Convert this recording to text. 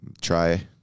try